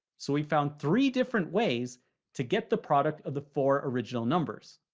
so we found three different ways to get the product of the four original numbers.